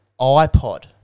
iPod